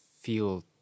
feel